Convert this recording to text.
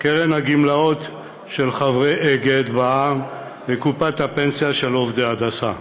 "קרן הגמלאות של חברי אגד בע"מ" ו"קופת הפנסיה לעובדי הדסה".